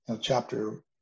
chapter